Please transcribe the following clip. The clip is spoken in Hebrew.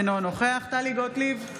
אינו נוכח טלי גוטליב,